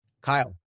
Kyle